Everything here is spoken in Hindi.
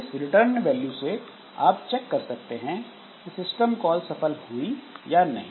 इस रिटर्न वैल्यू से आप चेक कर सकते हैं कि सिस्टम कॉल सफल हुई या नहीं